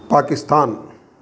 Pakistan